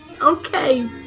Okay